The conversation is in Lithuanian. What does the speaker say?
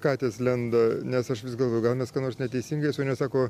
katės lenda nes aš vis galvoju gal mes ką nors neteisingai o svajonė sako